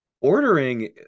ordering